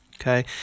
okay